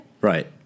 Right